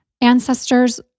ancestors